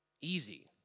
easy